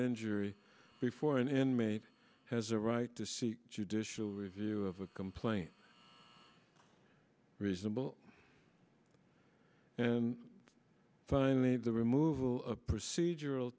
injury before an inmate has a right to see judicial review of a complaint reasonable and finally the removal of procedural